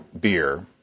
beer